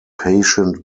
patient